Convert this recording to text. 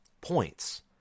points